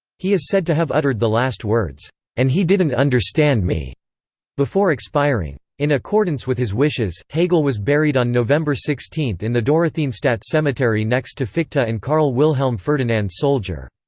he is said to have uttered the last words and he didn't understand me before expiring. in accordance with his wishes, hegel was buried on november sixteen in the dorotheenstadt cemetery next to fichte and karl wilhelm ferdinand solger.